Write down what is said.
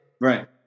Right